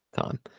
time